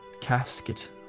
casket